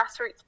grassroots